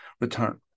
return